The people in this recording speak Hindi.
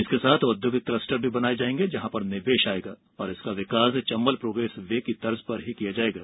इसके साथ औद्योगिक क्लस्टर भी बनाए जाएंगे जहां पर निवेश आएगा और इसका विकास चंबल प्रोग्रेस वे की तर्ज पर ही किया जाएगा